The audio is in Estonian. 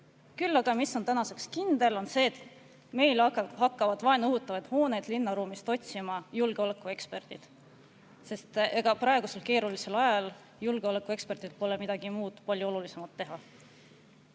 Küll aga on tänaseks kindel see, et meil hakkavad vaenu õhutavaid hooneid linnaruumist otsima julgeolekueksperdid, sest praegusel keerulisel ajal pole julgeolekuekspertidel midagi muud palju olulisemat teha.